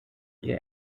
ihr